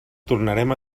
tornarem